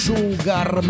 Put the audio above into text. Sugar